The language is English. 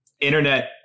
Internet